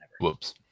Whoops